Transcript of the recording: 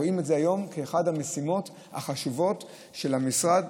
אנחנו רואים את זה היום כאחת המשימות החשובות של המשרד,